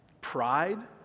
Pride